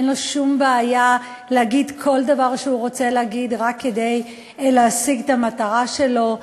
אין לו שום בעיה להגיד כל דבר שהוא רוצה רק כדי להשיג את המטרה שלו,